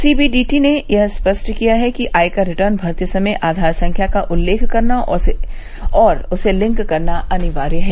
सी B D T ने यह भी स्पष्ट किया है कि आयकर रिटर्न भरते समय आधार संख्या का उल्लेख करना और उसे लिंक करना अनिवार्य है